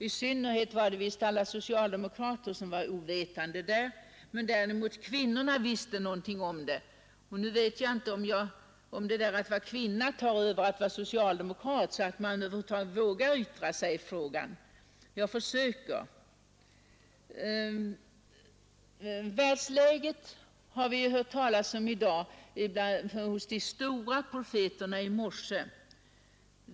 I synnerhet var visst alla socialdemokrater ovetande därom, kvinnorna däremot visste någonting. Nu vet jag inte om egenskapen att vara kvinna tar över att vara socialdemokrat, så att man över huvud taget vågar yttra sig i frågan. Jag försöker. Världsläget har vi hört om från de stora profeterna i morse.